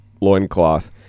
loincloth